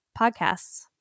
podcasts